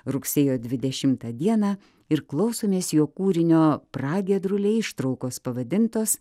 rugsėjo dvidešimtą dieną ir klausomės jo kūrinio pragiedruliai ištraukos pavadintos